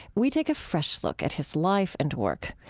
we take a fresh look at his life and work.